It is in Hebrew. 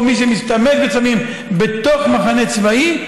או מי שמשתמש בסמים בתוך מחנה צבאי,